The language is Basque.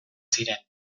ziren